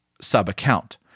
sub-account